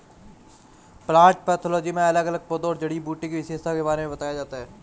plant pathology में अलग अलग पौधों और जड़ी बूटी की विशेषताओं के बारे में बताया जाता है